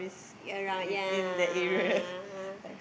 around ya